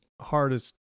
hardest